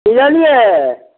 बुझलियै